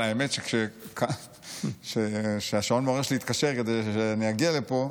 אבל האמת שכשהשעון המעורר שלי התקשר כדי שאני אגיע לפה,